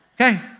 Okay